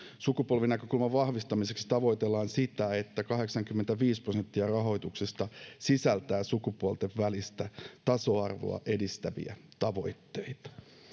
sukupuolinäkökulman vahvistamiseksi tavoitellaan sitä että kahdeksankymmentäviisi prosenttia rahoituksesta sisältää sukupuolten välistä tasa arvoa edistäviä tavoitteita